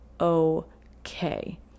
okay